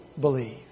believe